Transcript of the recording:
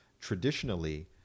traditionally